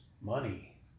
money